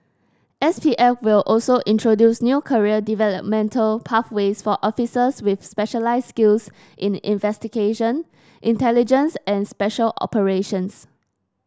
S P F will also introduce new career developmental pathways for officers with specialised skills in investigation intelligence and special operations